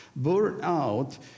Burnout